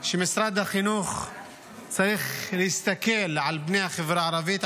שמשרד החינוך צריך להסתכל על בני החברה הערבית,